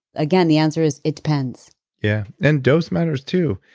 again the answer is, it depends yeah. and dose matters too.